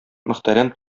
мөхтәрәм